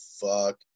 Fuck